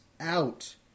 out